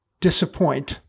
disappoint